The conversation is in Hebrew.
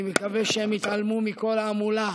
אני מקווה שהם יתעלמו מכל ההמולה